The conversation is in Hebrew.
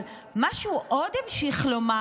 אבל מה שהוא עוד המשיך לומר: